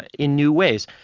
and in new ways.